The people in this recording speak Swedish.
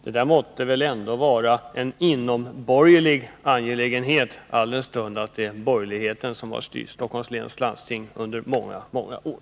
Det måtte väl ändå vara en inomborgerlig angelägenhet, eftersom borgerligheten styrt Stockholms läns landsting under många år!